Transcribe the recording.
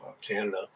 Canada